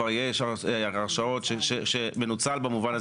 כמה הרשאות כבר מנוצלת במובן של